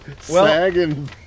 sagging